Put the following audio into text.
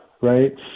right